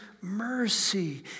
mercy